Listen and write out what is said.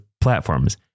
platforms